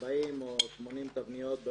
40 או 80 תבניות,